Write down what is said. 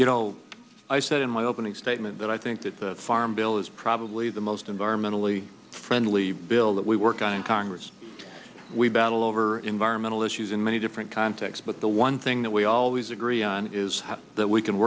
you know i said in my opening statement that i think that the farm bill is probably the most environmentally friendly bill that we were on congress we battle over environmental issues in many different context but the one thing that we always agree on is how that we can